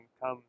come